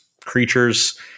creatures